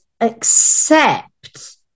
accept